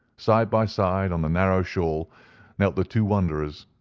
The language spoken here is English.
side by side on the narrow shawl knelt the two wanderers,